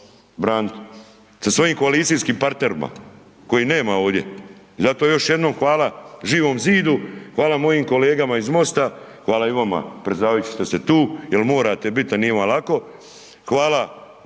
branit, sa svojim koalicijskim partnerima kojih nema ovdje i zato još jednom hvala Živom zidu, hvala mojim kolegama iz MOST-a, hvala i vama predsjedavajući što ste tu jer morate biti a nije vam lako,